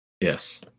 Yes